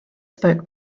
spoke